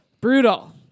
Brutal